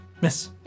Miss